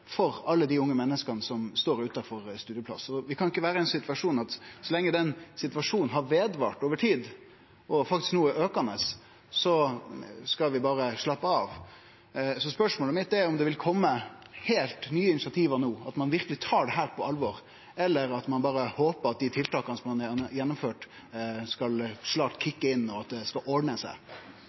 for alle dei unge menneska som står utan studieplass. Vi kan ikkje vere i den situasjonen at så lenge han har vart over tid, og faktisk no er aukande, skal vi berre slappe av. Spørsmålet mitt er om det vil kome heilt nye initiativ no, at ein verkeleg tar dette på alvor – eller berre håper ein at dei tiltaka som ein har gjennomført, snart skal «kicke inn», og at det skal ordne seg?